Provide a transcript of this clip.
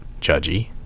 judgy